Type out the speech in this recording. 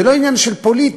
זה לא עניין של פוליטיקה.